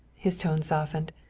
his tone softened.